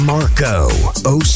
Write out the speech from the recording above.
Marco